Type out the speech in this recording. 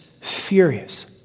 furious